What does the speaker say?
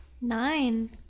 Nine